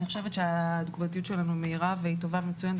אני חושבת שהתגובתיות שלנו מהירה והיא טובה ומצוינת.